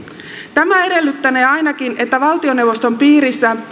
tämä edellyttänee ainakin että valtioneuvoston piirissä